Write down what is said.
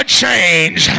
change